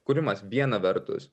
kūrimas viena vertus